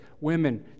women